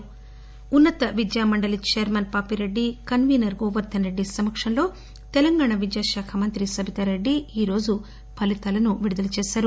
ఉన్సత విద్యామండలి chairman Papi Reddy convener Govardhan Reddy సమక్షంలో తెలంగాణ విద్యా మంత్రి సబితారెడ్డి ఈ రోజు ఫలితాలు విడుదల చేస్తారు